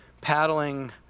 paddling